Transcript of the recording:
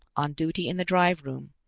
on duty in the drive room,